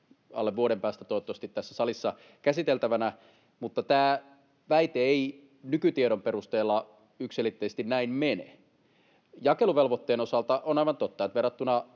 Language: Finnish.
alle vuoden päästä toivottavasti tässä salissa käsiteltävinä, mutta tämä väite ei nykytiedon perusteella yksiselitteisesti näin mene. Jakeluvelvoitteen osalta on aivan totta, että verrattuna